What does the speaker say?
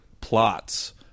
plots